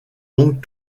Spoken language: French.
donc